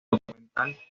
documental